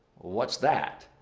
what's that?